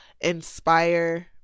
inspire